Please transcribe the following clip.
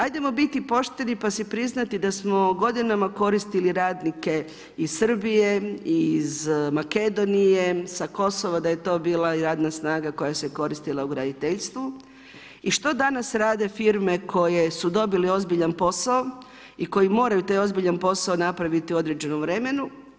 Ajdemo biti pošteni pa si priznati da smo godinama koristili radnike iz Srbije, iz Makedonije, sa Kosova, da je to bila radna snaga koja se koristila u graditeljstvu i što danas rade firme koje su dobile ozbiljan posao i koji moraju taj ozbiljan posao napraviti u određenom vremenu.